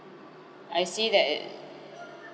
I see that it